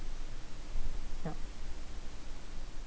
yup